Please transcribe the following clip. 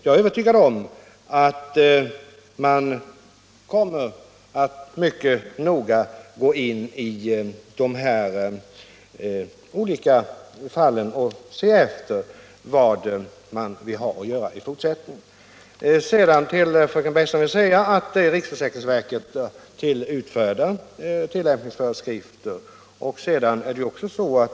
Jag är övertygad om att man kommer att mycket noga gå in i de olika fallen och se efter vad man har att göra i fortsättningen. Till fröken Bergström vill jag säga att det är riksförsäkringsverket som utfärdar tillämpningsföreskrifter.